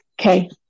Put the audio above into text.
Okay